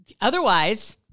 otherwise